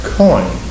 coin